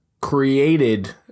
created